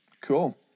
cool